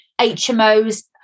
HMOs